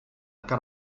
que